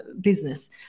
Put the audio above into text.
business